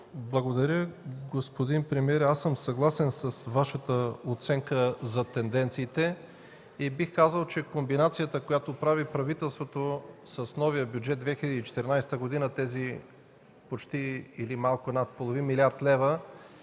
Благодаря. Господин премиер, съгласен съм с Вашата оценка за тенденциите. Бих казал, че комбинацията, която прави правителството с новия Бюджет 2014, тези почти или малко над половин милиард лева,